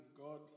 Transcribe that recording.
God